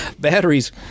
batteries